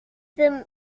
them